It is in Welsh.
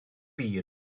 byd